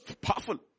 powerful